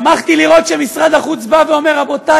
שמחתי לראות שמשרד החוץ אמר: רבותי,